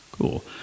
Cool